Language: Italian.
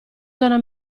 zona